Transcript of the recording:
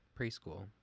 preschool